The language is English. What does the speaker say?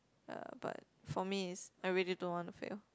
uh but for me is I really don't want to fail